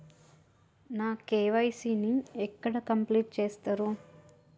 నా కే.వై.సీ ని ఎక్కడ కంప్లీట్ చేస్తరు?